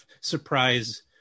surprise